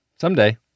Someday